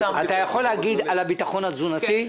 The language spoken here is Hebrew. אתה יכול לדבר על הביטחון התזונתי?